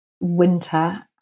winter